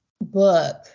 book